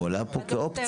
הוא עלה פה כאופציה.